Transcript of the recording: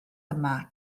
yma